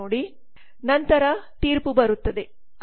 ನಂತರ ತೀರ್ಪು ಬರುತ್ತದೆ